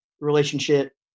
relationship